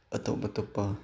ꯑꯇꯣꯞ ꯑꯇꯣꯞꯄ